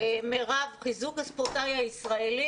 עוד דוגמה: חיזוק הספורטאי הישראלי